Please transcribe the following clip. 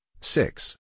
six